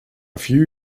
few